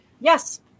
Yes